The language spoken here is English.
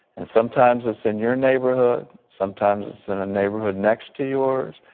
and sometimes it's in your neighborhood. sometimes it's in a neighborhood next to yours.